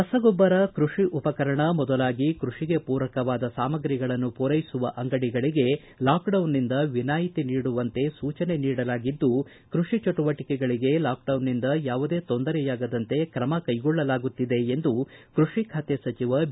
ರಸಗೊಬ್ಲರ ಕೃಷಿ ಉಪಕರಣ ಮೊದಲಾಗಿ ಕೃಷಿಗೆ ಪೂರಕವಾದ ಸಾಮಗ್ರಿಗಳನ್ನು ಪೂರೈಸುವ ಅಂಗಡಿಗಳಿಗೆ ಲಾಕ್ಡೌನ್ನಿಂದ ವಿನಾಯಿತಿ ನೀಡುವಂತೆ ಸೂಚನೆ ನೀಡಲಾಗಿದ್ದು ಕೃಷಿ ಚಟುವಟಿಕೆಗಳಿಗೆ ಲಾಕ್ಡೌನ್ನಿಂದ ಯಾವುದೇ ತೊಂದರೆಯಾಗದಂತೆ ಕ್ರಮ ಕೈಗೊಳ್ಳಲಾಗುತ್ತಿದೆ ಎಂದು ಕೃಷಿ ಖಾತೆ ಸಚಿವ ಬಿ